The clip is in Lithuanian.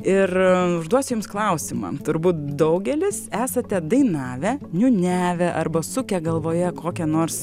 ir užduosiu jums klausimą turbūt daugelis esate dainavę niūniavę arba sukę galvoje kokią nors